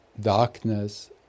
Darkness